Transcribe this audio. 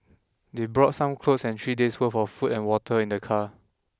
they brought some clothes and three days' worth of food and water in their car